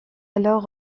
alors